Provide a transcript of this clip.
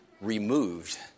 removed